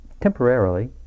temporarily